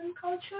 culture